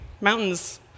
Mountains